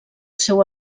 seu